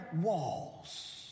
walls